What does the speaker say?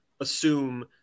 assume